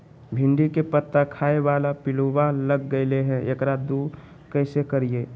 भिंडी के पत्ता खाए बाला पिलुवा लग गेलै हैं, एकरा दूर कैसे करियय?